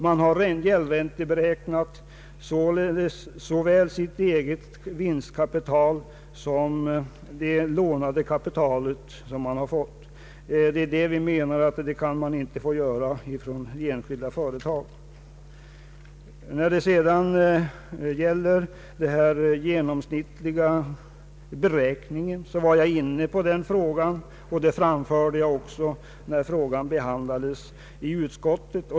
Man har således gäldränteberäknat såväl sitt eget vinstkapital som det lånade kapitalet. Så kan inte ett enskilt företag göra. När detta ärende behandlades i utskottet tog jag upp frågan om den genomsnittliga beräkningen.